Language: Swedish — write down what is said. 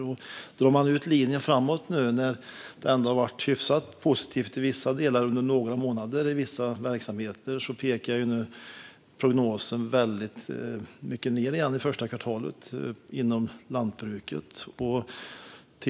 Om man drar ut linjen framåt, nu när det ändå har varit hyfsat positivt under några månader i vissa delar och verksamheter, ser man att prognosen pekar mycket nedåt igen för lantbruket under första kvartalet.